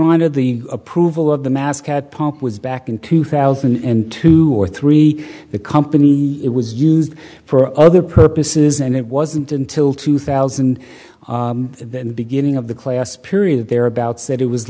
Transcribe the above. honor the approval of the mascot pup was back in two thousand and two or three the company it was used for other purposes and it wasn't until two thousand the beginning of the class period thereabouts that it was